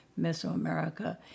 Mesoamerica